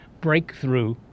breakthrough